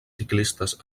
ciclistes